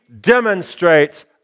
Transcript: demonstrates